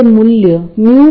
हे पुन्हा आपल्याला ठाऊक आहे